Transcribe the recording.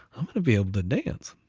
i'm gonna be able to dance,